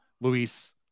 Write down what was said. Luis